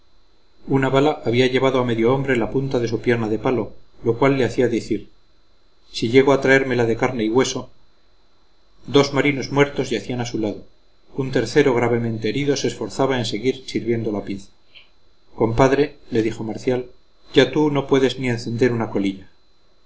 una bala había llevado a medio hombre la punta de su pierna de palo lo cual le hacía decir si llego a traer la de carne y hueso dos marinos muertos yacían a su lado un tercero gravemente herido se esforzaba en seguir sirviendo la pieza compadre le dijo marcial ya tú no puedes ni encender una colilla